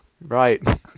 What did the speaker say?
Right